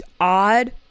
odd